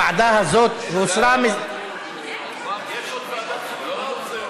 הוועדה הזאת הוסרה, יש עוד ועדת חקירה או זהו?